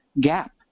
gap